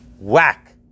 whack